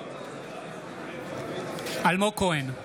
אלמוג כהן,